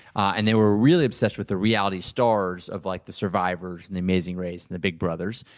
and they were really obsessed with the reality stars of like the survivors and the amazing race, and the big brothers.